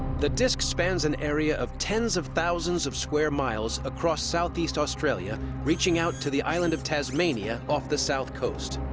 the disc spans an area of tens of thousands of square miles across southeast australia, reaching out to the island of tasmania off the south coast.